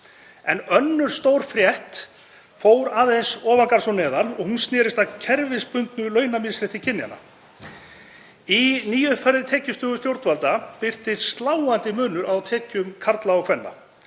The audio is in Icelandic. Önnur stórfrétt fór fyrir ofan garð og neðan og hún sneri að kerfisbundnu launamisrétti kynjanna. Í nýuppfærðri Tekjusögu stjórnvalda birtist sláandi munur á tekjum karla og kvenna.